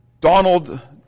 Donald